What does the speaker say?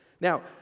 Now